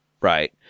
Right